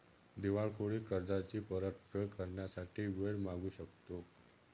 दिवाळखोरीत कर्जाची परतफेड करण्यासाठी वेळ मागू शकतो